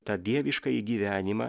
tą dieviškąjį gyvenimą